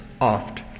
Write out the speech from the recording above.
oft